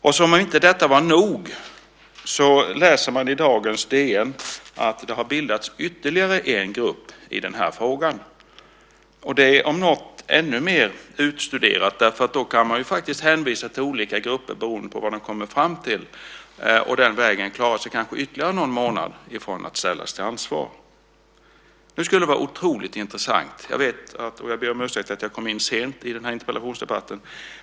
Och som om detta inte vore nog kan man i dagens DN läsa att det har bildats ytterligare en grupp när det gäller denna fråga. Och det är om något ännu mer utstuderat eftersom man då kan hänvisa till olika grupper beroende på vad de kommer fram till och den vägen kanske klara sig ytterligare någon månad från att ställas till ansvar. Jag ber om ursäkt för att jag kom in sent i denna interpellationsdebatt.